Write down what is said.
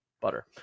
butter